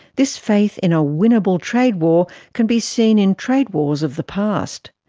this faith in a winnable trade war can be seen in trade wars of the past.